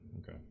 Okay